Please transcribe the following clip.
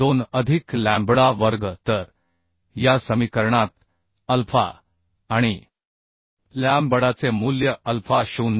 2 अधिक लॅम्बडा वर्ग तर या समीकरणात अल्फा आणि लॅम्बडाचे मूल्य अल्फा 0